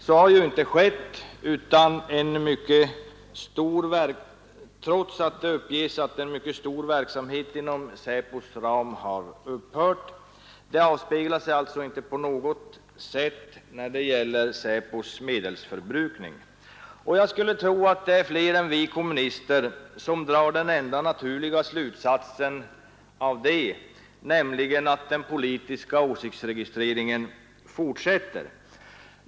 Så har inte skett, utan trots att det uppges att en mycket stor verksamhet inom SÄPO:s ram har lagts ner avspeglar sig inte detta på något sätt när det gäller SÄPO:s medelsförbrukning. Jag skulle tro att flera än vi kommunister drar den enda naturliga slutsatsen av det, nämligen att den politiska åsiktsregistreringen fortsätter.